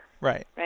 right